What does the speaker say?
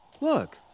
Look